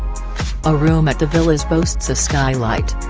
a room at the villas boasts a skylight.